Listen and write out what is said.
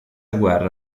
guerra